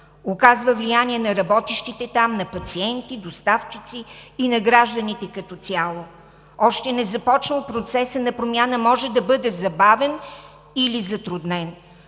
оказва влияние на работещите там, на пациентите, доставчиците и на гражданите като цяло. Още незапочнал, процесът на промяна може да бъде забавен или затруднен.